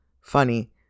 Funny